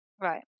right